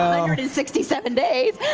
hundred and sixty seven days.